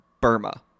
Burma